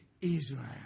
Israel